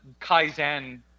Kaizen